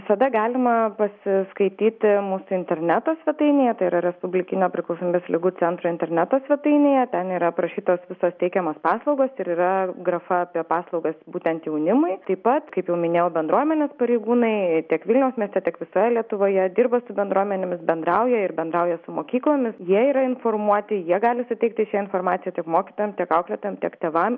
visada galima pasiskaityti mūsų interneto svetainėje tai yra respublikinio priklausomybės ligų centro interneto svetainėje ten yra aprašytas visos teikiamos paslaugas ir yra grafa apie paslaugas būtent jaunimui taip pat kaip jau minėjau bendruomenės pareigūnai tiek vilniaus mieste tiek visoje lietuvoje dirba su bendruomenėmis bendrauja ir bendrauja su mokyklomis jie yra informuoti jie gali suteikti šią informaciją tiek mokytojam tiek auklėtojam tiek tėvam